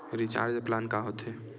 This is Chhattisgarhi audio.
रिचार्ज प्लान का होथे?